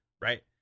right